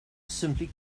simply